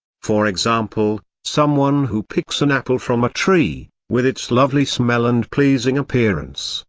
for example, someone who picks an apple from a tree, with its lovely smell and pleasing appearance,